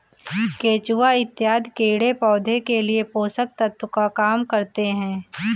केचुआ इत्यादि कीड़े पौधे के लिए पोषक तत्व का काम करते हैं